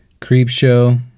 Creepshow